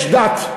יש דת,